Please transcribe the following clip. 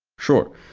sure.